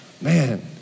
man